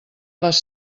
les